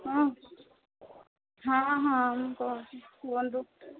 ହଁ ହଁ ହଁ କୁହନ୍ତୁ